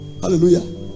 hallelujah